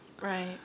Right